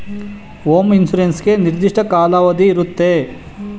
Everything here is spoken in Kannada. ಹೋಮ್ ಇನ್ಸೂರೆನ್ಸ್ ಗೆ ನಿರ್ದಿಷ್ಟ ಕಾಲಾವಧಿ ಇರುತ್ತೆ